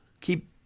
keep